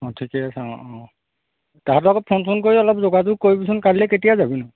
অঁ ঠিকে আছে অঁ অঁ তাহঁতকো ফোন চোন কৰি অলপ যোগাযোগ কৰিবিচোন কালিলে কেতিয়া যাবিনো